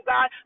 God